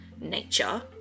nature